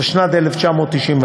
התשנ"ד 1994,